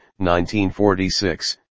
1946